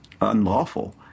unlawful